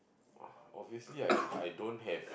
obviously I I don't have